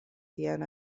tian